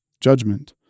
judgment